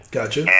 Gotcha